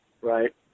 Right